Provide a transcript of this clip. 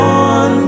on